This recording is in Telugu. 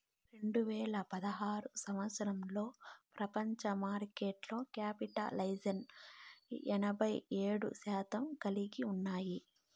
రెండు వేల పదహారు సంవచ్చరంలో ప్రపంచ మార్కెట్లో క్యాపిటలైజేషన్ ఎనభై ఏడు శాతం కలిగి ఉన్నాయి